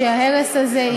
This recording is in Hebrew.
שההרס הזה יהיה,